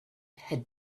had